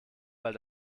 weil